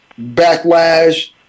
backlash